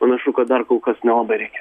panašu kad dar kol kas nelabai reikia